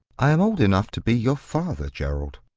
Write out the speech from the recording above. i am old enough to be your father, gerald.